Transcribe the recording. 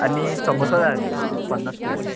आनी समोसा जाय आल्ह्यो पन्नास प्लेटी